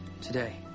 Today